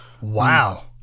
Wow